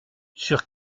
sur